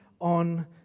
on